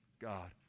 God